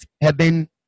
heaven